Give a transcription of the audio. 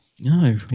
No